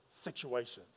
situations